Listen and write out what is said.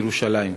ירושלים.